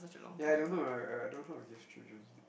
ya I don't know lah I don't know how to give childrens